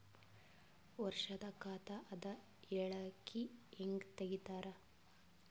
ವರ್ಷದ ಖಾತ ಅದ ಹೇಳಿಕಿ ಹೆಂಗ ತೆಗಿತಾರ?